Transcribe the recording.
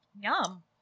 Yum